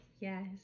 Yes